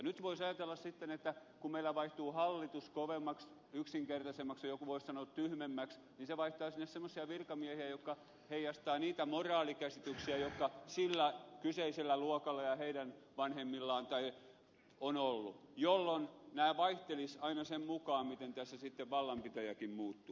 nyt voisi ajatella sitten että kun meillä vaihtuu hallitus kovemmaksi yksinkertaisemmaksi ja joku voisi sanoa tyhmemmäksi niin se vaihtaa sinne semmoisia virkamiehiä jotka heijastavat niitä moraalikäsityksiä jotka sillä kyseisellä luokalla ja heidän vanhemmillaan on ollut jolloin nämä vaihtelisivat aina sen mukaan miten tässä sitten vallanpitäjäkin muuttuu